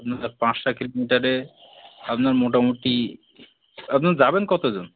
আপনার পাঁচ সাত কিলোমিটারে আপনার মোটামুটি আবনারা যাবেন কত জন